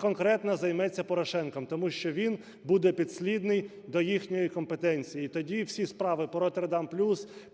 конкретно займеться Порошенком, тому що він буде підслідний до їхньої компетенції. Тоді всі справи по "Роттердам плюс",